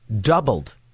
doubled